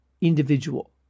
individual